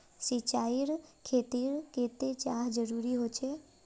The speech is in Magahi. सिंचाईर खेतिर केते चाँह जरुरी होचे?